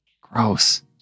Gross